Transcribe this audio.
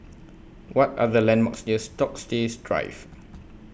What Are The landmarks near Stoke says Drive